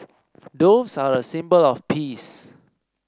doves are a symbol of peace